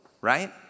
right